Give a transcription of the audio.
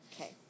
Okay